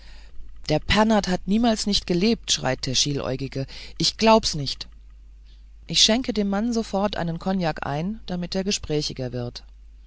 der pernath hat niemals nicht gelebt schreit der schieläugige los ich glaub's nicht ich schenke dem mann sofort einen kognak ein damit er gesprächiger